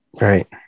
Right